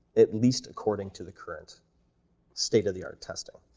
at least according to the current state of the art testing,